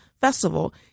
festival